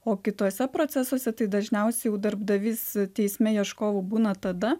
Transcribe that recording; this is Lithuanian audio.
o kituose procesuose tai dažniausiai jau darbdavys teisme ieškovu būna tada